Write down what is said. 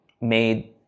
made